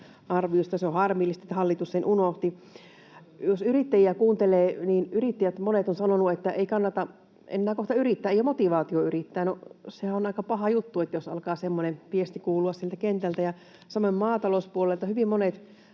Se on harmillista, että hallitus sen unohti. Jos yrittäjiä kuuntelee, niin monet yrittäjät ovat sanoneet, että ei kannata enää kohta yrittää, ei ole motivaatiota yrittää. No, sehän on aika paha juttu, jos alkaa semmoinen viesti kuulua sieltä kentältä. Samoin maatalouspuolelta hyvin monet